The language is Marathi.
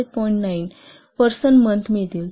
9 पर्सन मंथ मिळतील